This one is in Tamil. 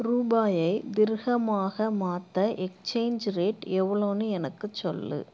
ரூபாயை திர்ஹமாக மாற்ற எக்ஸ்சேஞ்ச் ரேட் எவ்வளோனு எனக்குத் சொல்